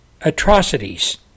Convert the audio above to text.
Atrocities